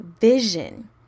vision